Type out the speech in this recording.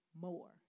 more